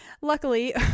Luckily